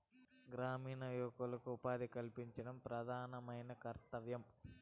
గ్రామీణ యువకులకు ఉపాధి కల్పించడం ప్రధానమైన కర్తవ్యం